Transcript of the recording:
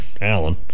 alan